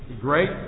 great